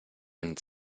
einen